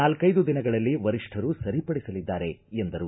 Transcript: ನಾಲ್ಲೆದು ದಿನಗಳಲ್ಲಿ ವರಿಷ್ಠರು ಸರಿ ಪಡಿಸಲಿದ್ದಾರೆ ಎಂದರು